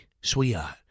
sweetheart